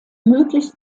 möglichst